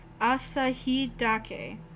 Asahidake